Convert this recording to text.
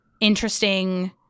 interesting